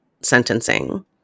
sentencing